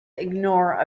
ignore